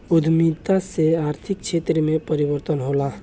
उद्यमिता से आर्थिक क्षेत्र में परिवर्तन होला